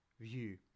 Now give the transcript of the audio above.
view